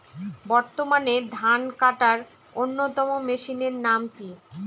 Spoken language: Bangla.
বর্তমানে ধান কাটার অন্যতম মেশিনের নাম কি?